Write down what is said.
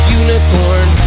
unicorn